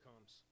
comes